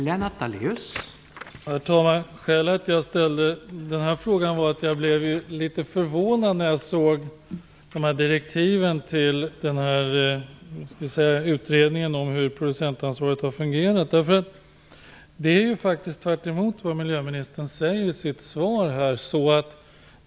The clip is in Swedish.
Herr talman! Skälet till att jag ställde den här frågan är att jag blev litet förvånad när jag såg direktiven till utredningen om hur producentansvaret har fungerat. Det är faktiskt tvärtemot vad miljöministern säger i sitt svar.